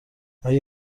آیا